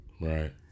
right